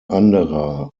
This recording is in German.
anderer